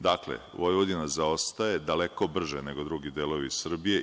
Dakle, Vojvodina zaostaje daleko brže nego drugi delovi Srbije.